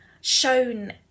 shown